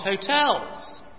hotels